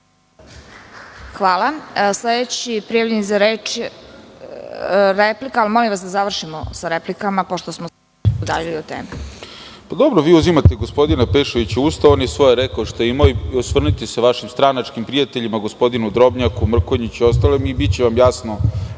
Hvala. Sledeći prijavljeni za reč….Replika? Molim vas da završimo sa replikama, pošto smo se udaljili od teme. **Dejan Mihajlov** Vi uzimate gospodina Pešovića u usta. On je svoje rekao, šta je imao. Osvrnite se vašim stranačkim prijateljima, gospodinu Drobnjaku, Mrkonjiću i ostalima i biće vam jasno